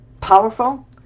powerful